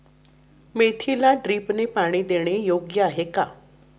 मेथीला ड्रिपने पाणी देणे योग्य आहे का?